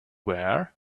wear